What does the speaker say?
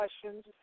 questions